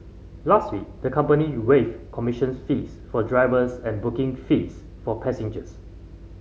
last week the company waived commissions fees for drivers and booking fees for passengers